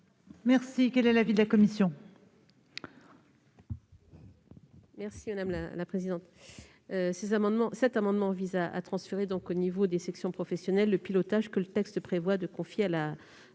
Quel est l'avis de la commission ?